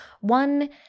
one